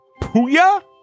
Puya